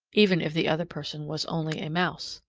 even if the other person was only a mouse.